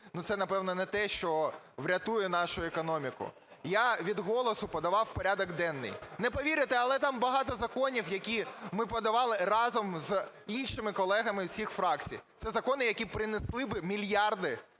це, напевно, не те, що врятує нашу економіку. Я від "Голосу" подавав порядок денний. Не повірите, але там багато законів, які ми подавали разом з іншими колегами всіх фракцій. Це закони, які б принесли мільярди